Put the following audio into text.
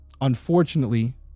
Unfortunately